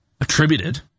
attributed